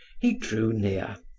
he drew near,